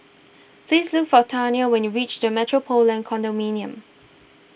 please look for Taniyah when you reach the Metropolitan Condominium